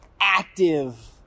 active